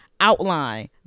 outline